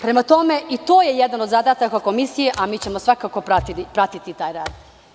Prema tome, i to je jedan od zadataka komisije, a mi ćemo svakako pratiti taj rad.